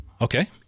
Okay